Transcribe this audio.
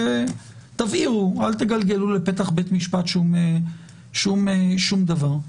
תביאו, אל תגלגלו לפתח בית משפט שום דבר,